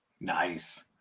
Nice